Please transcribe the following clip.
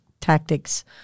tactics